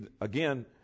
again